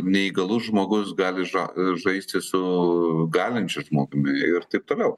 neįgalus žmogus gali ža žaisti su galinčiu žmogumi ir taip toliau